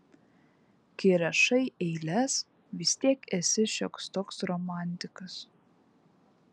kai rašai eiles vis tiek esi šioks toks romantikas